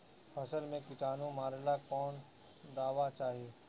फसल में किटानु मारेला कौन दावा चाही?